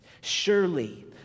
Surely